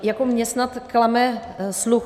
Jako mě snad klame sluch!